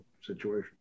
situation